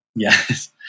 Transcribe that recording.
Yes